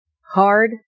hard